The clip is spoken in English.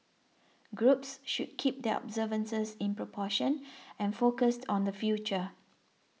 groups should keep their observances in proportion and focused on the future